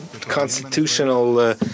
constitutional